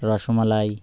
rasmalai